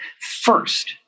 First